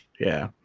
yeah,